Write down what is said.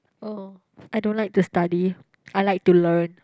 oh I don't like to study I like to learn